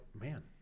man